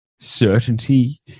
certainty